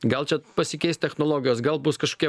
gal čia pasikeis technologijos gal bus kažkokie